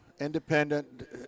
Independent